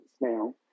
now